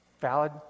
Valid